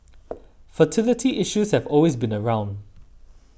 fertility issues have always been around